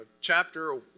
chapter